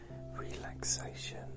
Relaxation